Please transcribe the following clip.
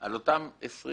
אותו מחבל